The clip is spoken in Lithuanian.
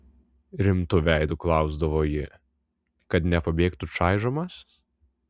rimtu veidu klausdavo ji kad nepabėgtų čaižomas